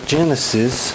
Genesis